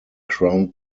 crown